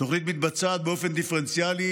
התוכנית מתבצעת באופן דיפרנציאלי,